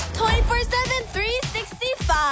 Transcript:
24-7-365